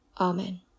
Amen